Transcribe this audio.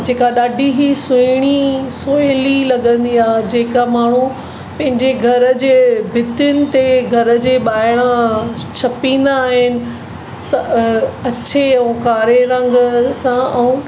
जेका ॾाढी ई सुहिणी सहुली लॻंदी आहे जेका माण्हू पंहिंजे घर जे भितिन ते घर जे ॿाहिरां छपींदा आहिनि अछे ऐं कारे रंग सां ऐं